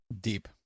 Deep